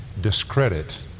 discredit